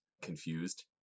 confused